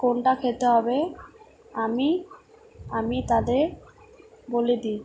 কোনটা খেতে হবে আমি আমি তাদের বলে দিই